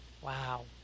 Wow